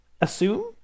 Assume